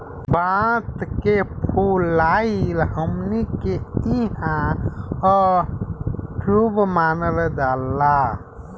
बांस के फुलाइल हमनी के इहां अशुभ मानल जाला